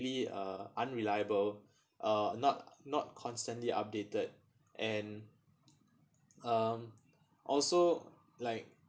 uh unreliable uh not not constantly updated and um also like